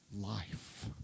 life